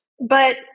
But-